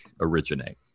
originate